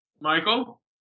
Michael